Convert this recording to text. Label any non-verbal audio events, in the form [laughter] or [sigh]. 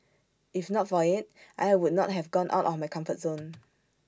if not for IT I would not have gone out of my comfort zone [noise]